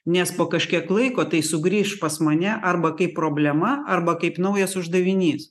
nes po kažkiek laiko tai sugrįš pas mane arba kaip problema arba kaip naujas uždavinys